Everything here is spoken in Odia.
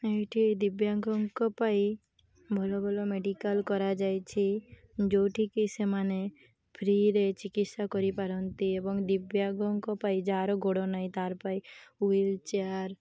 ଏଇଠି ଦିବ୍ୟାଗଙ୍କ ପାଇଁ ଭଲ ଭଲ ମେଡ଼ିକାଲ୍ କରାଯାଇଛି ଯେଉଁଠିକି ସେମାନେ ଫ୍ରିରେ ଚିକିତ୍ସା କରିପାରନ୍ତି ଏବଂ ଦିବ୍ୟାଗଙ୍କ ପାଇଁ ଯାହାର ଗୋଡ଼ ନାହିଁ ତାର ପାଇଁ ହ୍ୱିଲ୍ଚେୟାର୍